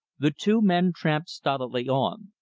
the two men tramped stolidly on.